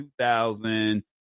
2000